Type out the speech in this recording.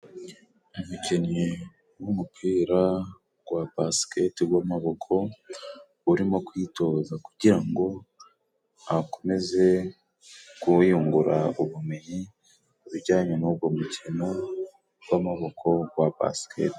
Umukinnyi w'umupira gwa basikete gw'amaboko, urimo kwitoza, kugira ngo akomeze kwiyungura ubumenyi ku bijyanye n'ugo mukino gw'amavuko gwa basikete.